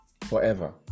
forever